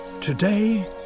Today